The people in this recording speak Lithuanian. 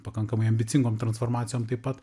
pakankamai ambicingoms transformacijom taip pat